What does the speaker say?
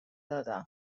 دادم